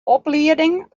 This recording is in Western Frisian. oplieding